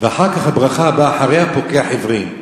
אחר כך, הברכה הבאה אחריה, "פוקח עיוורים".